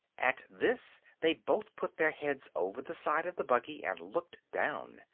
at this they both put their heads over the side of the buggy and looked down.